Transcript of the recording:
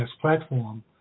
platform